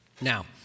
Now